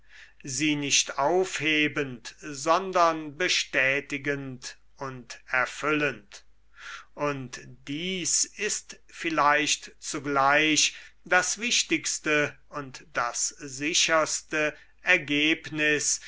sie nicht airfhebend sondern bestätigend und erfüllend und dies ist vielleicht zugleich das wichtigste und das sicherste ergebnis